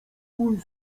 mój